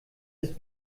ist